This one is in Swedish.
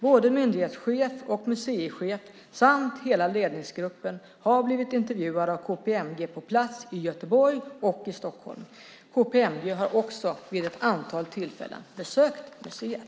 Både myndighetschef och museichef samt hela ledningsgruppen har blivit intervjuade av KPMG på plats i Göteborg och i Stockholm. KPMG har också vid ett antal tillfällen besökt museet.